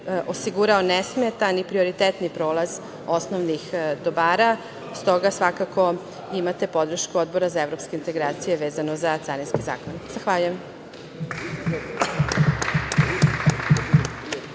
osigurao nesmetan i prioritetni prolaz osnovnih dobara. Stoga svakako imate podršku Odbora za evropske integracije vezano za carinske zakone. Zahvaljujem.